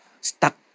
stuck